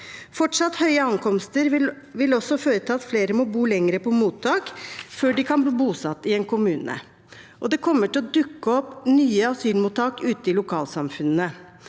Fortsatt høye ankomsttall vil også føre til at flere må bo lenger på mottak før de kan bli bosatt i en kommune, og det kommer til å dukke opp nye asylmottak ute i lokalsamfunnene.